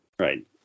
Right